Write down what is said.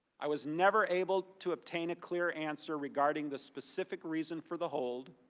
i was never able to obtain a clear answer regarding the specific reason for the hold,